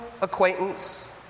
acquaintance